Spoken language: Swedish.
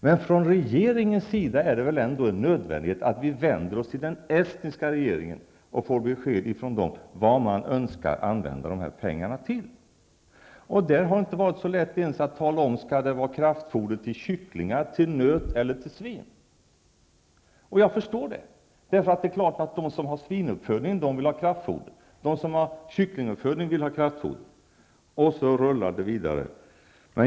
Men för regeringen är det väl ändå en nödvändighet att vända sig till den estniska regeringen och få besked från den om vad den önskar använda de här pengarna till. Det har inte varit så lätt för esterna att ens tala om huruvida det skall vara kraftfoder till kycklingar, till nöt eller till svin. Jag förstår det. Det är klart att de som har svinuppfödning vill ha kraftfoder liksom de som har kycklinguppfödning, och så rullar det vidare.